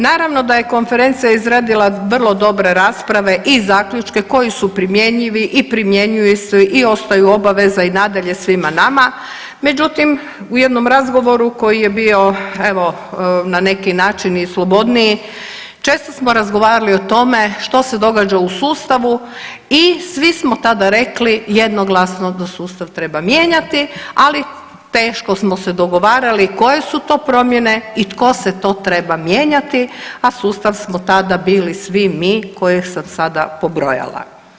Naravno da je konferencija izradila vrlo dobre rasprave i zaključke koji su primjenjivi i primjenjuju se i ostaju obaveza i nadalje svima nama međutim u jednom razgovoru koji je bio evo na neki način i slobodniji često smo razgovarali o tome što se događa u sustavu i svi smo tada rekli jednoglasno da sustav treba mijenjati, ali teško smo se dogovarali koje su to promjene i tko se to treba mijenjati, a sustav smo tada bili svi mi koje sam sada pobrojala.